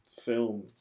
film